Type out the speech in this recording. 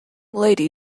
lady